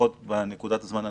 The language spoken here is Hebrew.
פחות בנקודת הזמן הנוכחית,